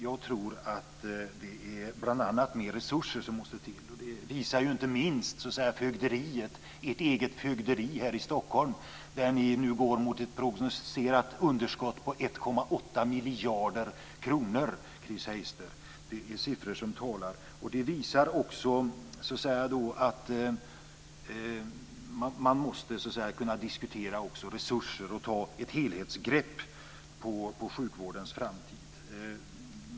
Jag tror att det bl.a. är mer resurser som måste till. Det visar inte minst ert eget fögderi här i Stockholm, där ni nu går mot ett prognostiserat underskott på 1,8 miljarder kronor. Det är siffror som talar, Chris Heister. Detta visar att man måste kunna diskutera också resurser och ta ett helhetsgrepp på sjukvårdens framtid.